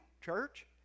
church